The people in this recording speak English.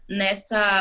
nessa